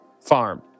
farm